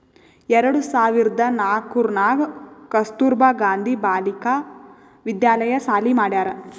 ಎರಡು ಸಾವಿರ್ದ ನಾಕೂರ್ನಾಗ್ ಕಸ್ತೂರ್ಬಾ ಗಾಂಧಿ ಬಾಲಿಕಾ ವಿದ್ಯಾಲಯ ಸಾಲಿ ಮಾಡ್ಯಾರ್